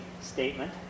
statement